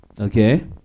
Okay